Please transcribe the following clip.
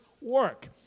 work